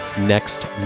next